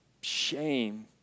shame